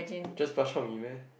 just bak-chor-me meh